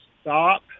stop